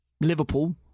Liverpool